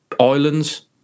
islands